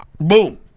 boom